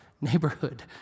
neighborhood